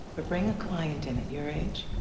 but bringing a client in at your age,